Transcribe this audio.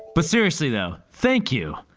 but seriously though. thank you!